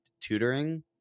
tutoring